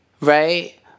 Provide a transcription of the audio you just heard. right